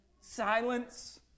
silence